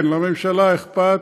כן, לממשלה אכפת,